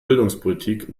bildungspolitik